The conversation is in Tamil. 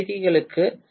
க்களுக்கு 3